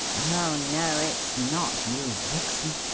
oh, no, it's not, you vixen!